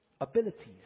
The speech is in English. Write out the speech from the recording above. abilities